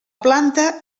planta